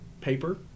paper